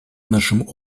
нашим